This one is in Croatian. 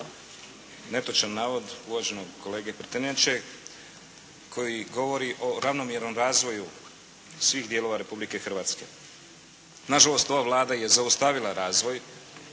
netočan navod uvaženog kolege Prtenjače koji govori o ravnomjernom razvoju svih dijelova Republike Hrvatske. Na žalost ova Vlada je zaustavila razvoj